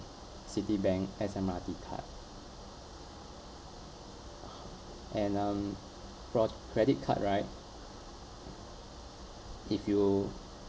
citibank S_M_R_T card and um for credit card right if you